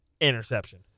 Interception